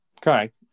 Correct